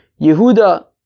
Yehuda